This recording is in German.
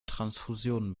transfusionen